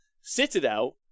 Citadel